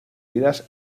vidas